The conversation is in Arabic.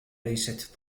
ليست